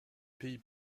pays